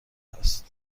هست